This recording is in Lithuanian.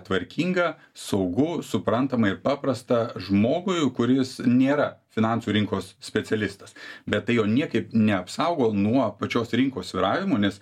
tvarkinga saugu suprantama ir paprasta žmogui kuris nėra finansų rinkos specialistas bet tai jo niekaip neapsaugo nuo pačios rinkos svyravimų nes